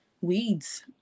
weeds